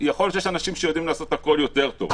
יכול להיות שיש אנשים שיכולים לעשות הכול יותר טוב,